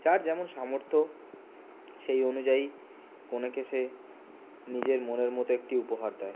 যার যেমন সামর্থ্য সেই অনুযায়ী কনেকে সে নিজের মনের মতো একটি উপহার দেয়